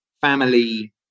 family